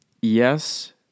Yes